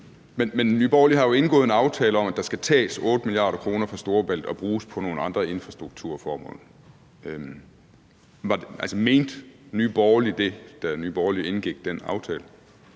Men Nye Borgerlige har jo indgået en aftale om, at der skal tages 8 mia. kr. fra Storebæltsforbindelsen, som skal bruges på nogle andre infrastrukturformål. Altså, mente Nye Borgerlige det, da Nye Borgerlige indgik den aftale?